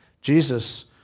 jesus